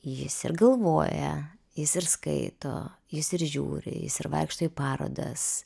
jis ir galvoja jis ir skaito jis ir žiūri jis ir vaikšto į parodas